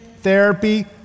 therapy